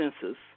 census